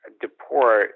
deport